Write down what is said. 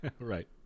Right